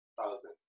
Thousand